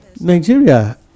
Nigeria